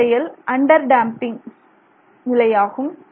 அந்த செயல் அண்டேம்பிங் நிலையாகும்